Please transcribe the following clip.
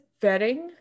vetting